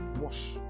Wash